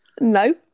no